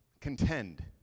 Contend